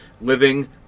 Living